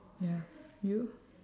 ya you